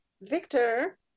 Victor